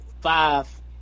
five